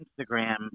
Instagram